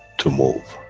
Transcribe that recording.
to move,